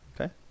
Okay